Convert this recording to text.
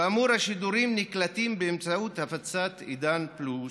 כאמור, השידורים נקלטים באמצעות הפצת עידן פלוס,